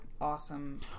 awesome